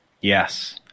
yes